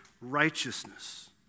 righteousness